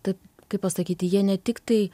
taip kaip pasakyti jie ne tiktai